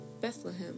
Bethlehem